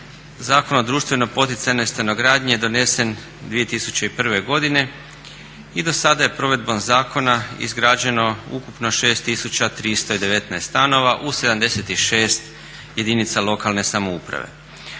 Zakona o društveno poticajnoj stanogradnji je donesen 2001. godine i do sada je provedbom zakona izgrađeno ukupno 6319 stanova u 76 jedinica lokalne samouprave.